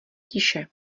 tiše